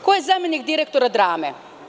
Ko je zamenik direktora Drame?